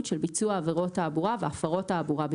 של ביצוע עבירות תעבורה והפרות תעבורה,